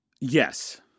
Yes